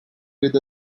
with